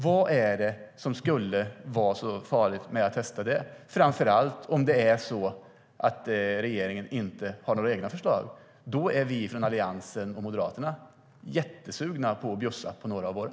Vad är det som skulle vara så farligt med att testa det - framför allt om regeringen inte har några egna förslag? Då är vi från Alliansen och Moderaterna jättesugna på att bjussa på några av våra.